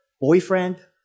boyfriend